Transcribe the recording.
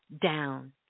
down